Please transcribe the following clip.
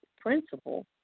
principle